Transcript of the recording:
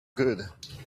good